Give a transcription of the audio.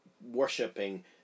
worshipping